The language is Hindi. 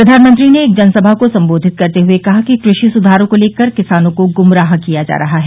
प्रधानमंत्री ने एक जनसभा को सम्बोधित करते हुए कहा कि कृषि सुधारो को लेकर किसानों को गुमराह किया जा रहा है